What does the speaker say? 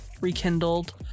rekindled